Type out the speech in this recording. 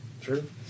True